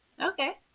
Okay